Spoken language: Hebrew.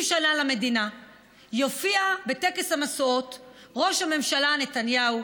שנה למדינה יופיע בטקס המשואות ראש הממשלה נתניהו,